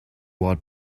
what